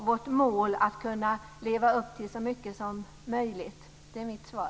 Vårt mål är att kunna leva upp till dem så mycket som möjligt. Det är mitt svar.